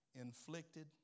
inflicted